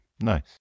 Nice